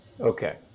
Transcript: Okay